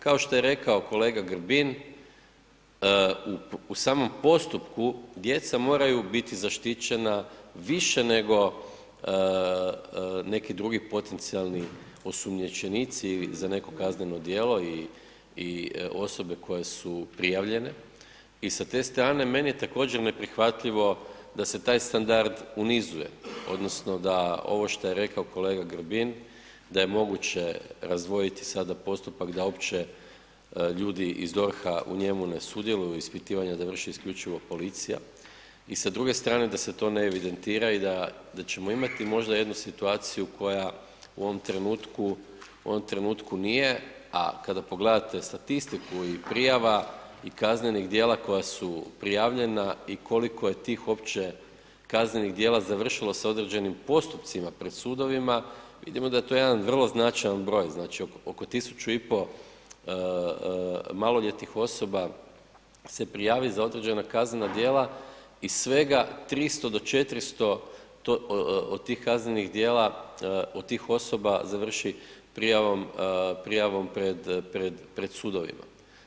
Kao što je rekao kolega Grbin u samom postupku, djeca moraju bit zaštićena više nego neki drugi potencijalni osumnjičenici za neko kazneno djelo i osobe koje su prijavljene i sa te strane meni je također, neprihvatljivo da se taj standard unizuje, odnosno da ovo što je rekao kolega Grbin da je moguće razdvojiti sada postupak da uopće ljudi iz DORH-a u njemu ne sudjeluju ispitivanja da vrši isključivo policija i sa druge strane, da se to ne evidentira i da ćemo imati možda jednu situaciju koja u ovom trenutku, u ovom trenutku nije, a kada pogledate statistiku i prijava i kaznenih djela koja su prijavljena i koliko je tih uopće kaznenih djela završilo sa određenim postupcima pred sudovima, vidimo da je to jedan vrlo značajan broj, znači oko 1500 maloljetnih osoba se prijavi za određena kaznena djela i svega 300-400 to, od tih kaznenih djela od tih osoba završi prijavom pred sudovima.